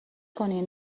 کنین